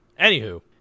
Anywho